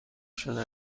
شده